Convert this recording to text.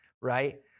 right